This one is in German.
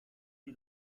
die